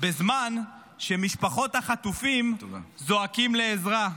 בזמן שמשפחות החטופים זועקות לעזרה.